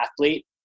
athlete